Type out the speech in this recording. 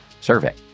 survey